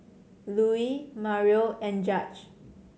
Louise Mario and Judge